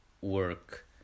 work